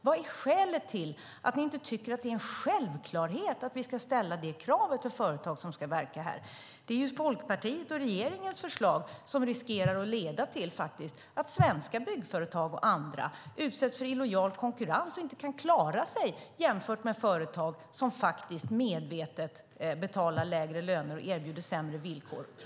Vad är skälet till att ni inte tycker att det är en självklarhet att vi ska ställa det kravet på företag som ska verka här? Folkpartiets och regeringens förslag riskerar leda till att svenska byggföretag och andra utsätts för illojal konkurrens och inte kan klara sig jämfört med företag som medvetet betalar lägre löner och erbjuder sämre villkor.